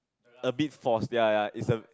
a bit forced ya ya it's a